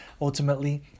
ultimately